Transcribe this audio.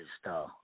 Star